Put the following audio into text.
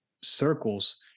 circles